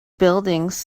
buildings